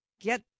get